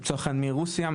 לצורך העניין מרוסיה,